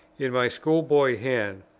in my school-boy hand,